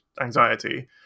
anxiety